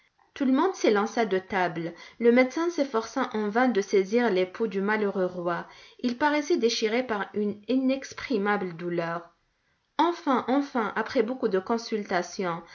tout le monde s'élança de table le médecin s'efforça en vain de saisir le pouls du malheureux roi il paraissait déchiré par une inexprimable douleur enfin enfin après beaucoup de consultations